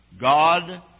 God